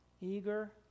eager